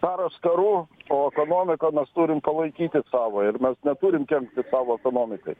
karas karu o ekonomiką mes turim palaikyti savo ir mes neturim kenkti savo ekonomikai